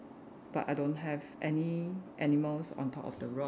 but I don't have any animals on top of the rock